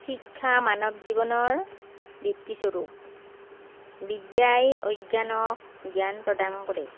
শিক্ষা মানৱ জীৱনৰ বৃত্তি স্বৰূপ বিদ্যাই অজ্ঞানক জ্ঞান প্ৰদান কৰে